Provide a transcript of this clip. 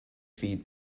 feed